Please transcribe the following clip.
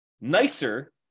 nicer